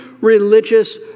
religious